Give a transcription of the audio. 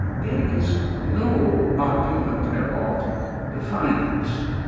there is no argument about the findings,